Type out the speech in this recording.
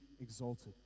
exalted